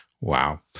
Wow